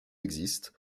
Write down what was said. existent